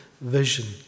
vision